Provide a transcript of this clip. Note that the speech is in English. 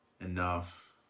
Enough